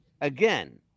Again